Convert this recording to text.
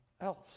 else